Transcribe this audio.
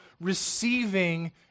receiving